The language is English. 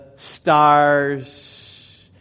Stars